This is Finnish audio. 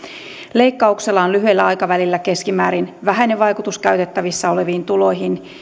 leikkauksella on lyhyellä aikavälillä keskimäärin vähäinen vaikutus käytettävissä oleviin tuloihin